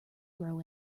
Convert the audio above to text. grow